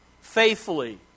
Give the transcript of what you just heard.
faithfully